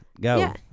Go